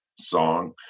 song